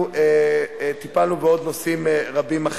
דיונים בתקופת דוח 60ב,